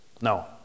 No